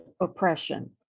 oppression